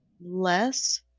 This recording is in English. less